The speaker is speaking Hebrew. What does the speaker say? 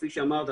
כפי שאמרת,